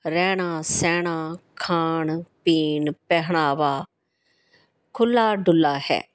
ਰਹਿਣਾ ਸਹਿਣਾ ਖਾਣ ਪੀਣ ਪਹਿਰਾਵਾ ਖੁੱਲ੍ਹਾ ਡੁੱਲ੍ਹਾ ਹੈ